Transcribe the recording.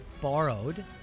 Borrowed